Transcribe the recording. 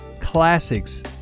classics